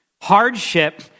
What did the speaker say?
Hardship